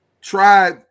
try